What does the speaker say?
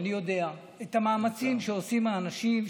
ואני יודע את המאמצים שעושים האנשים,